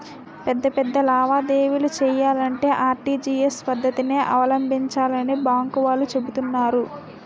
పెద్ద పెద్ద లావాదేవీలు చెయ్యాలంటే ఆర్.టి.జి.ఎస్ పద్దతినే అవలంబించాలని బాంకు వాళ్ళు చెబుతున్నారు